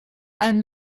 einen